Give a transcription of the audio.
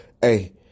hey